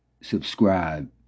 subscribe